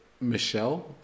Michelle